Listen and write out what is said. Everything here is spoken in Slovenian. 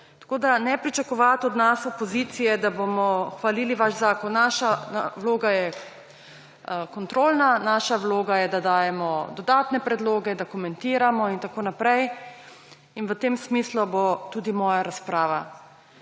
Tako da ne pričakovat od nas opozicije, da bomo hvalili vaš zakon. Naša vloga je kontrolna, naša vloga je, da dajemo dodatne predloge, da komentiramo in tako naprej. In v tem smislu bo tudi moja razprava.